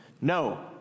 no